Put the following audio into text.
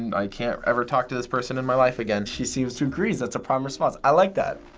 i can't ever talk to this person in my life again. she seems to agree. that's a prime response. i like that.